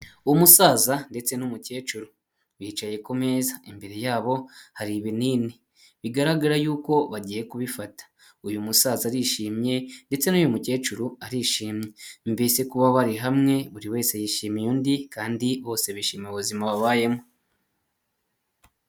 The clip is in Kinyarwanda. Umusaza ndetse n'umukecuru bicaye ku meza imbere yabo hari ibinini, bigaragara yuko bagiye kubifata, uyu musaza arishimye ndetse n'uyu mukecuru arishimye, mbese kuba bari hamwe buri wese yishimiye undi, kandi bose bishimira ubuzima babayemo.